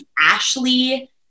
Ashley